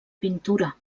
pintura